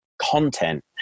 content